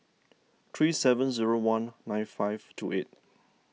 three seven zero one nine five two eight